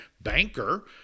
banker